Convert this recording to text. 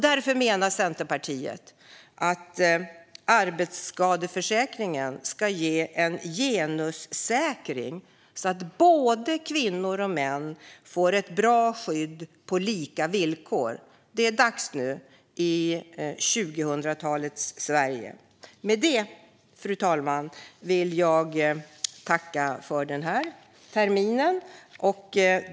Därför menar Centerpartiet att arbetsskadeförsäkringen ska genussäkras, så att kvinnor och män får ett bra skydd på lika villkor. Det är dags nu, i 2000-talets Sverige. Med detta, fru talman, vill jag tacka för den här terminen.